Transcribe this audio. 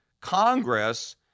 Congress